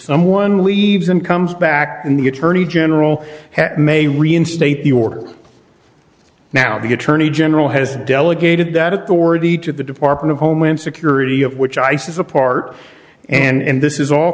someone leaves and comes back in the attorney general may reinstate the order now the attorney general has delegated that authority to the department of homeland security which i see is a part and this is all